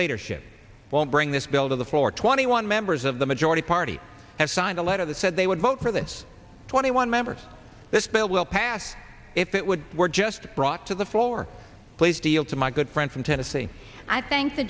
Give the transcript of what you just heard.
leadership won't bring this bill to the floor twenty one members of the majority party have signed a letter that said they would vote for this twenty one members this bill will pass if it would were just brought to the floor please deal to my good friend from tennessee i thank the